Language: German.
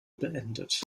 beendet